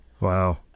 Wow